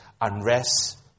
unrest